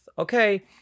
okay